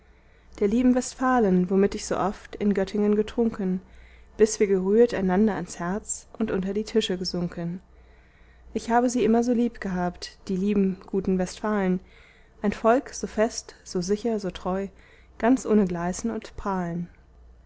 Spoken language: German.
der lieben westfalen womit ich so oft in göttingen getrunken bis wir gerührt einander ans herz und unter die tische gesunken ich habe sie immer so liebgehabt die lieben guten westfalen ein volk so fest so sicher so treu ganz ohne gleißen und prahlen